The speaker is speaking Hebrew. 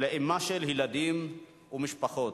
ולאימה של ילדים ומשפחות.